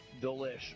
delish